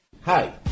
Hi